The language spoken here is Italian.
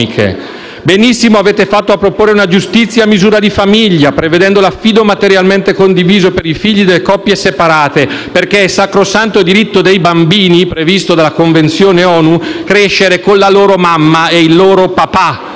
Benissimo avete fatto a proporre una giustizia a misura di famiglia, prevedendo l'affido materialmente condiviso per i figli delle coppie separate, in quanto è sacrosanto diritto dei bambini, previsto dalla convenzione ONU, crescere con la loro mamma e il loro papà.